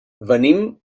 venim